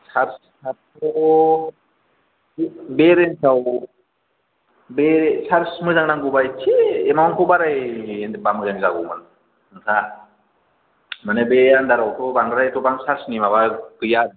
charge चार्जथ' बे रेन्जआव बे चार्ज मोजां नांगौब्ला एसे एमाउन्टखौ बारायब्ला मोजां जागौमोन नोंथाङा माने बे आन्डाराव थ' बांद्राय एथ'बां चार्जनि माबा गैया